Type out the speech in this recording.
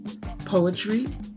poetry